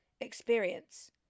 experience